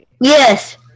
Yes